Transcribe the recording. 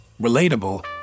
relatable